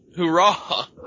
hoorah